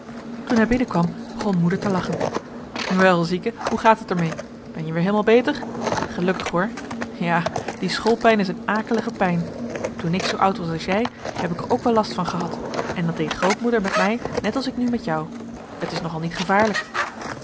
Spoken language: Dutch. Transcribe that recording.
toen hij binnenkwam begon moeder te lachen wel zieke hoe gaat t er mee ben je weer heelemaal beter gelukkig hoor ja die schoolpijn is een akelige pijn toen ik zoo oud was als jij heb ik er ook wel last van gehad en dan deed grootmoeder met mij net als ik nu met jou het is nog al niet gevaarlijk